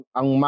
ang